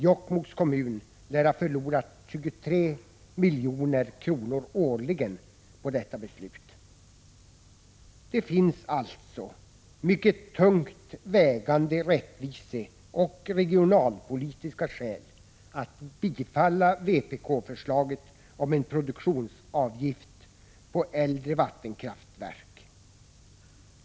Jokkmokks kommun lär ha förlorat 23 milj.kr. årligen på detta beslut. Det finns alltså mycket tungt vägande rättviseskäl och regionalpolitiska skäl att bifalla vpk-förslaget om en produktionsavgift på äldre vattenkraftverk.